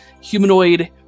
humanoid